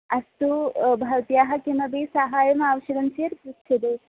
अस्तु भवत्याः किमपि सहाय्यम् आवश्यकं चेत् पृच्छतु